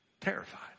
Terrified